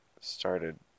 started